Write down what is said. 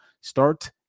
start